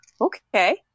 Okay